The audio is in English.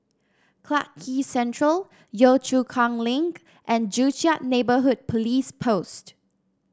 Clarke Quay Central Yio Chu Kang Link and Joo Chiat Neighbourhood Police Post